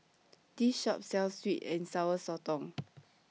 This Shop sells Sweet and Sour Sotong